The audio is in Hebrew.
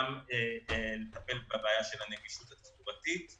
וזה יכול לטפל בבעיה של הנגישות החברתית.